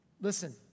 Listen